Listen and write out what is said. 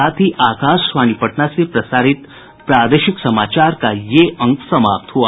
इसके साथ ही आकाशवाणी पटना से प्रसारित प्रादेशिक समाचार का ये अंक समाप्त हुआ